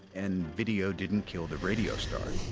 and video didn't kill the radio star.